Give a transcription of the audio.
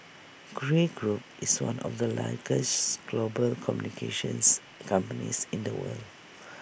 Grey Group is one of the largest global communications companies in the world